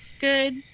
Good